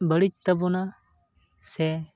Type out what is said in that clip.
ᱵᱟᱹᱲᱤᱡ ᱛᱟᱵᱚᱱᱟ ᱥᱮ